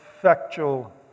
factual